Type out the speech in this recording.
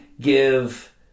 give